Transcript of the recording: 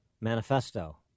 manifesto